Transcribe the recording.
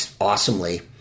awesomely